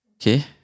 okay